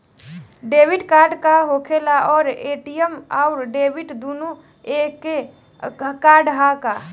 Debit card का होखेला और ए.टी.एम आउर डेबिट दुनों एके कार्डवा ह का?